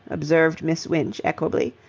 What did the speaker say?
observed miss winch, equably.